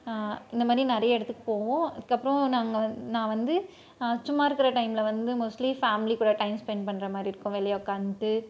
இந்த மாதிரி நிறைய இடத்துக்குப் போவோம் அதுக்கப்புறம் நாங்கள் வ நான் வந்து சும்மா இருக்கிற டைமில் வந்து மோஸ்ட்லி ஃபேமிலி கூட டைம் ஸ்பெண்ட் பண்ற மாதிரி இருக்கும் வெளியே உட்காந்துட்டு